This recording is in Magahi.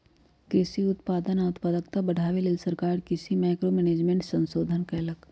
कृषि उत्पादन आ उत्पादकता बढ़ाबे लेल सरकार कृषि मैंक्रो मैनेजमेंट संशोधन कएलक